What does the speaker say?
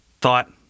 thought